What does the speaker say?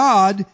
God